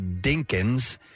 Dinkins